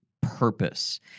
purpose